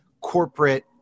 corporate